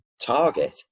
target